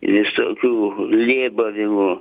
visokių lėbavimų